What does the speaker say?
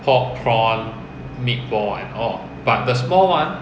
pork prawn meatball and all but the small one